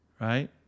right